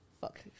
fuck